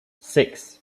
six